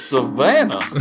Savannah